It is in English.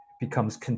becomes